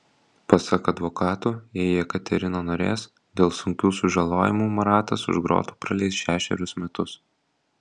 pasak advokatų jei jekaterina norės dėl sunkių sužalojimų maratas už grotų praleis šešerius metus